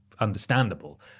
understandable